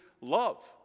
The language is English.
love